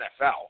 NFL